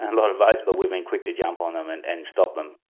a lot of votes, but we've been quick to jump on them and and stop them.